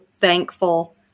thankful